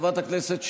חברת הכנסת שטרית,